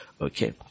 Okay